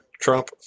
Trump